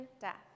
death